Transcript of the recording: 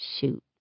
Shoot